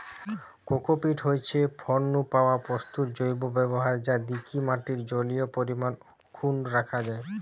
cocopeat হয়ঠে ফল নু পাওয়া তন্তুর জৈব ব্যবহার যা দিকি মাটির জলীয় পরিমাণ অক্ষুন্ন রাখা যায়